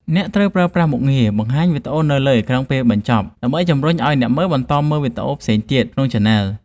អ្នកត្រូវប្រើប្រាស់មុខងារ បង្ហាញវីដេអូនៅលើអេក្រង់ពេលបញ្ចប់ ដើម្បីជម្រុញឱ្យអ្នកមើលបន្តមើលវីដេអូផ្សេងទៀតក្នុងឆានែល។